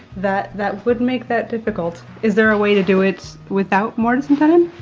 that that would make that difficult. is there a way to do it without mortise and tenon?